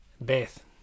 Beth